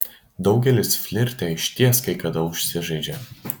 daugelis flirte išties kai kada užsižaidžia